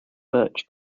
birch